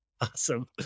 awesome